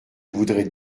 voudrais